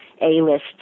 A-list